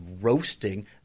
roasting